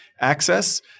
access